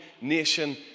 nation